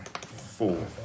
Four